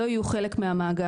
לא יהיו חלק מהמאגר.